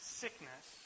sickness